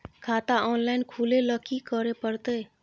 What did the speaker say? खाता ऑनलाइन खुले ल की करे परतै?